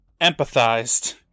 empathized